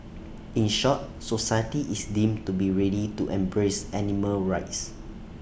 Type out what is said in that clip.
in short society is deemed to be ready to embrace animal rights